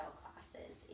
classes